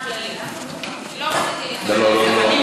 לא, אתה בסדר גמור.